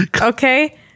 okay